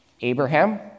Abraham